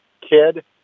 kid